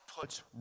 puts